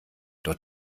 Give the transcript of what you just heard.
doch